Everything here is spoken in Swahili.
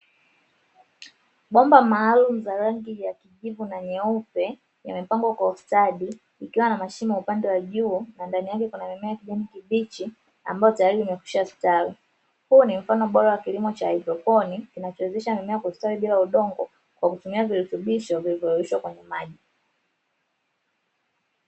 Bomba maalum za rangi ya kijivu na nyeupe yamepangwa kwa ustadi, ikiwa na mashimo upande wa juu na ndani yake kuna mimea ya kijani kibichi ambao tayari nimekwishastawi, huu ni mfano bora wa kilimo cha hydroponi kinachowezesha mimea kwa ustawi bila udongo kwa kutumia virutubisho kwenye maji.